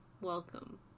welcome